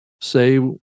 say